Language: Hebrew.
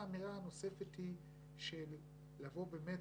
האמירה הנוספת היא לבוא ובאמת,